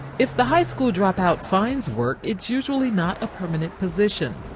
if the high school dropout finds work, it's usually not a permanent position,